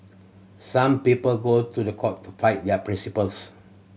some people go to the court to fight their principles